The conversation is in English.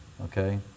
okay